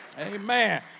Amen